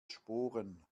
sporen